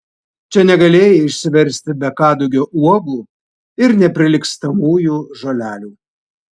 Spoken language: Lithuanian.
čia negalėjai išsiversti be kadugio uogų ir neprilygstamųjų žolelių